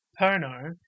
Perno